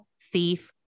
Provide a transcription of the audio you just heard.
thief